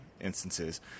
instances